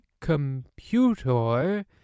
computer